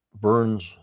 Burns